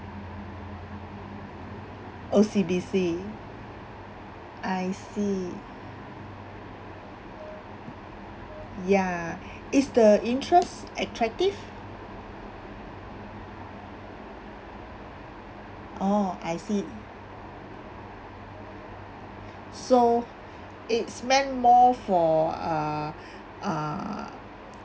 O_C_B_C I see ya is the interest attractive orh I see so it's meant more for uh uh